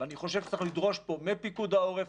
ואני חושב שצריך לדרוש פה מפיקוד העורף,